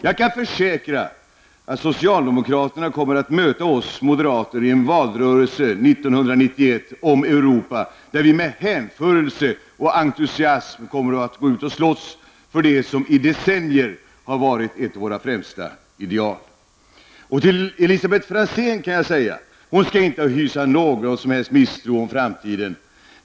Jag kan försäkra att socialdemokraterna 1991 kommer att möta oss moderater i en valrörelse som handlar om Europa och där vi med hänförelse och entusiasm kommer att slåss för det som i decennier har varit ett våra främsta ideal. Elisabeth Franzén skall inte hysa någon som helst misstro beträffande framtiden.